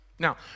Now